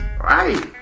Right